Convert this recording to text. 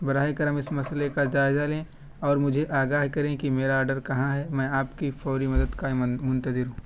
براہ کرم اس مسئلے کا جائزہ لیں اور مجھے آگاہ کریں کہ میرا آرڈر کہاں ہے میں آپ کی فوری مدد کا منتظر ہوں